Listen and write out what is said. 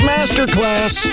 Masterclass